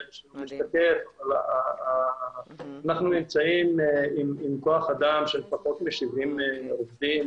אנחנו נמצאים עם כוח אדם של פחות מ-70 עובדים